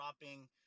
dropping